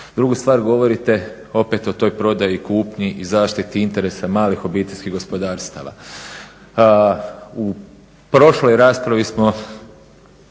Drugu stvar govorite opet o toj prodaji, kupnji i zaštiti interesa malih obiteljskih gospodarstava. U prošloj raspravi smo